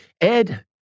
Ed